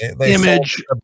image